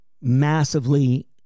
massively